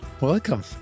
welcome